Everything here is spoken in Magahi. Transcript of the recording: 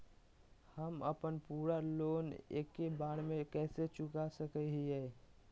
हम अपन पूरा लोन एके बार में कैसे चुका सकई हियई?